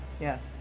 Yes